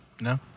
No